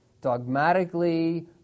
dogmatically